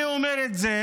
אני אומר את זה